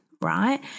right